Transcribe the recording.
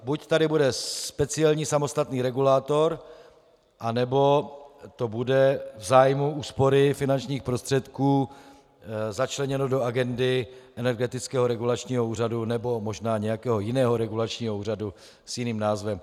Buď tady bude speciální samostatný regulátor, nebo to bude v zájmu úspory finančních prostředků začleněno do agendy Energetického regulačního úřadu, nebo možná nějakého jiného regulačního úřadu s jiným názvem.